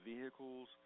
vehicles